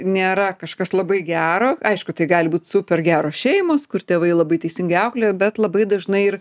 nėra kažkas labai gero aišku tai gali būti super geros šeimos kur tėvai labai teisingai auklėja bet labai dažnai ir